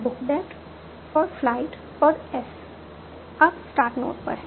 book that और flight और as आप स्टार्ट नोड पर हैं